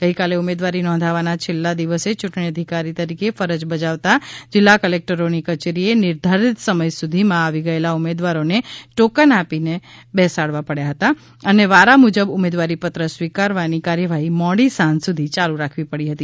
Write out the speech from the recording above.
ગઇકાલે ઉમેદવારી નોંધાવવાના છેલ્લા દિવસે યુંટણી અધિકારી તરીકે ફરજ બજાવતા જીલ્લા કલેકટરોની કચેરીએ નિર્ધારીત સમય સુધીમાં આવી ગયેલા ઉમેદવારોને ટોકન આપીને બેસાડવા પડયા હતા અને વારા મુજબ ઉમેદવારીપત્ર સ્વીકારવાની કાર્યવાહી મોડી સાંજ સુધી યાલુ રાખવી પડી હતી